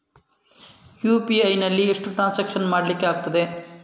UPI ನಲ್ಲಿ ಎಷ್ಟು transaction ಮಾಡ್ಲಿಕ್ಕೆ ಆಗ್ತದೆ?